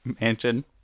mansion